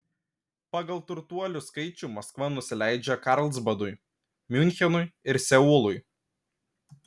pagal turtuolių skaičių maskva nusileidžia karlsbadui miunchenui ir seului